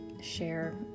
share